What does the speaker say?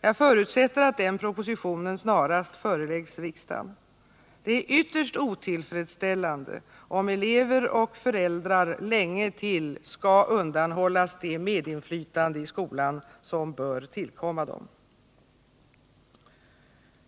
Jag förutsätter att denna proposition snarast föreläggs riksdagen. Det är ytterst otillfredsställande om elever och föräldrar länge till skall undanhållas det medinflytande i skolan som bör tillkomma dem.